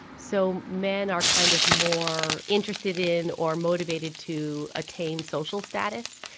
so men are kind of more interested in or motivated to attain social status.